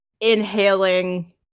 inhaling